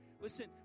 Listen